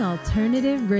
Alternative